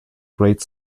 great